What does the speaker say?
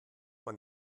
man